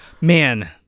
Man